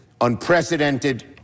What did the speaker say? unprecedented